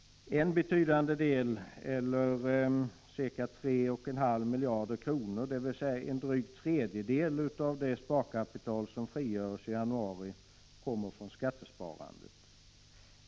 En betydande del eller ca 3,5 miljarder kronor, dvs. en dryg tredjedel av det sparkapital som frigörs i januari, kommer från skattesparandet.